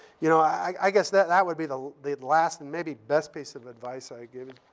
you know, i guess that that would be the the last and maybe best piece of advice i give.